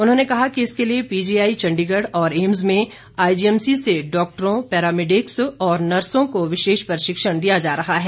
उन्होंने कहा कि इसके लिए पीजीआई चंडीगढ़ और एम्स में आईजीएमसी से डॉक्टरों पैरामिडिक्स और नर्सो को विशेष प्रशिक्षण दिया जा रहा है